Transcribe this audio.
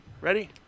Ready